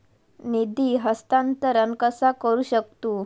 निधी हस्तांतर कसा करू शकतू?